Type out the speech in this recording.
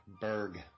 Berg